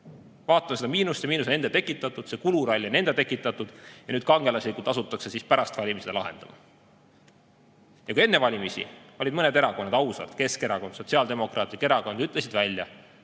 Vaatan seda miinust, see miinus on enda tekitatud, see kuluralli on enda tekitatud, ja nüüd kangelaslikult asutakse siis pärast valimisi seda lahendama. Enne valimisi olid mõned erakonnad ausad – Keskerakond ja Sotsiaaldemokraatlik Erakond ütlesid välja,